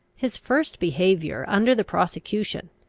his first behaviour under the prosecution,